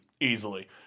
easily